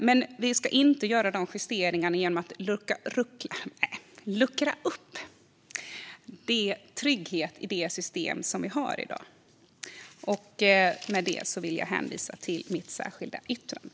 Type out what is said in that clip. Men vi ska inte göra dessa justeringar genom att luckra upp tryggheten i det system som vi har i dag. Med detta vill jag hänvisa till mitt särskilda yttrande.